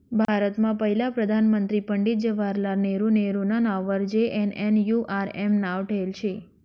भारतमा पहिला प्रधानमंत्री पंडित जवाहरलाल नेहरू नेहरूना नाववर जे.एन.एन.यू.आर.एम नाव ठेयेल शे